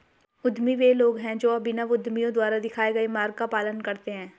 उद्यमी वे लोग हैं जो अभिनव उद्यमियों द्वारा दिखाए गए मार्ग का पालन करते हैं